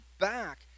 Back